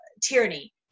tyranny